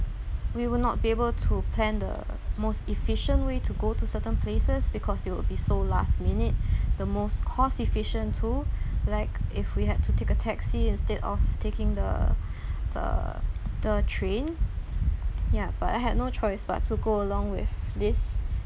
we will not be able to plan the most efficient way to go to certain places because it would be so last minute the most cost efficient too like if we had to take a taxi instead of taking the the the train ya but I had no choice but to go along with this